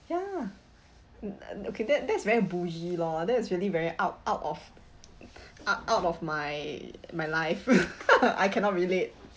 ya okay that that's very bougie lor that is really very out out of out out of my my life I cannot relate